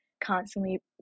Constantly